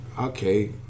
okay